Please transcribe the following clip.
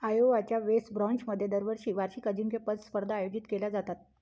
आयओवाच्या वेस ब्राँचमध्ये दरवर्षी वार्षिक अजिंक्यपद स्पर्धा आयोजित केल्या जातात